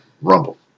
Rumble